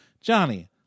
Johnny